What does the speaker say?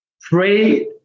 Pray